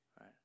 right